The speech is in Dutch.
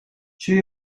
stuur